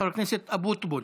חבר הכנסת אבוטבול.